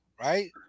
right